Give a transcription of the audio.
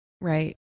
Right